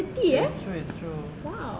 it's true it's true